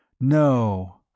No